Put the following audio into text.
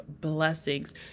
blessings